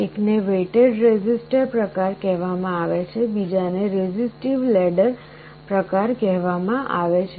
એકને weighted resistor પ્રકાર કહેવામાં આવે છે બીજાને resistive ladder પ્રકાર કહેવામાં આવે છે